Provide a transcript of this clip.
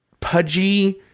pudgy